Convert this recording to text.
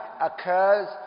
occurs